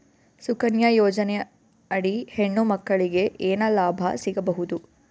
ಸುಕನ್ಯಾ ಯೋಜನೆ ಅಡಿ ಹೆಣ್ಣು ಮಕ್ಕಳಿಗೆ ಏನ ಲಾಭ ಸಿಗಬಹುದು?